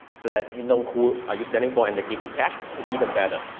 so that you know who are you selling for, and they give you cash, is even better.